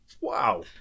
Wow